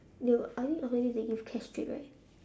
you I mean after this they give cash straight right